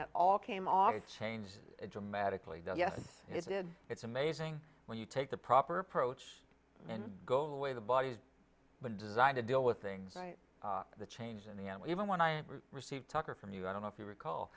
that all came off as changed dramatically that yes it did it's amazing when you take the proper approach and go the way the body has been designed to deal with things right the change in the even when i receive tucker from you i don't know if you recall